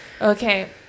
Okay